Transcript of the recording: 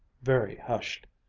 very hushed.